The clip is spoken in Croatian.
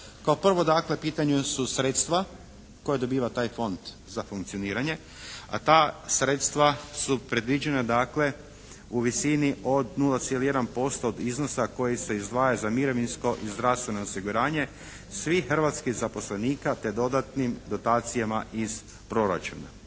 Kao prvo dakle u pitanju su sredstva koja dobiva taj Fond za funkcioniranje, a ta sredstva su predviđena dakle u visini od 0,1% od iznosa koji se izdvaja za mirovinsko i zdravstveno osiguranje svih hrvatskih zaposlenika te dodatnim dotacijama iz proračuna.